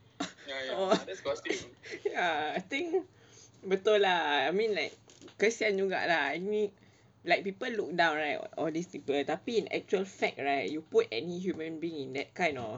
ya I think betul lah I mean like kesian juga ah like people look down right all these people tapi in actual fact right you put any human being in that kind of